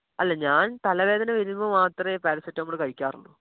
അല്ല ഞാൻ തലവേദന വരുമ്പോൾ മാത്രമേ പാരസിറ്റമോൾ കഴിക്കാറുള്ളു